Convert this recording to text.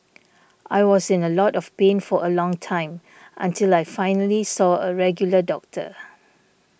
I was in a lot of pain for a long time until I finally saw a regular doctor